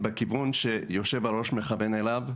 בכיוון שהיושב-ראש מכוון אליו,